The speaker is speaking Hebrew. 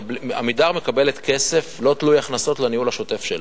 "עמידר" מקבלת כסף לא תלוי הכנסות לניהול השוטף שלה.